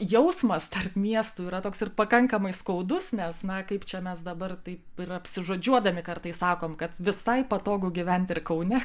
jausmas tarp miestų yra toks ir pakankamai skaudus nes na kaip čia mes dabar taip ir apsižodžiuodami kartais sakome kad visai patogu gyventi ir kaune